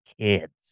kids